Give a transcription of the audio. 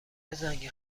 زنگ